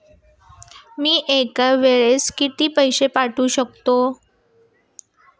मी एका वेळेस किती पैसे पाठवू शकतो?